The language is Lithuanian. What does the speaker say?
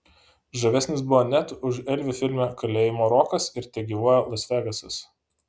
žavesnis buvo net už elvį filme kalėjimo rokas ir tegyvuoja las vegasas